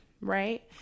Right